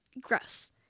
Gross